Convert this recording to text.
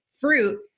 fruit